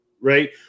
right